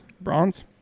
Bronze